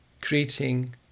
creating